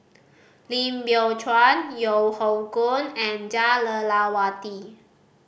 Lim Biow Chuan Yeo Hoe Koon and Jah Lelawati